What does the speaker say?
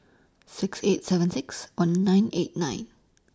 six eight seven six one nine eight nine